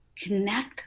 connect